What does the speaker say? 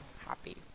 happy